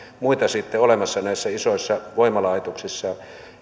muita sitten olemassa näissä isoissa voimalaitoksissa